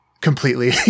completely